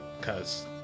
cause